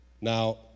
Now